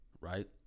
right